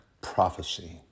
prophecy